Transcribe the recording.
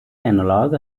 analog